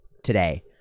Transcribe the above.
today